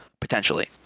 potentially